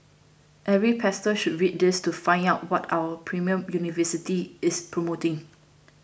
every pastor should read this to find out what our premier university is promoting